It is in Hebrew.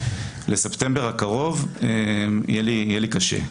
לספטמבר הקרוב יהיה לי קשה,